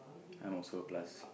I'm also plus